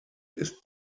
ist